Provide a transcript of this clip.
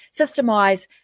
systemize